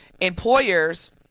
employers